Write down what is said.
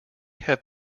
have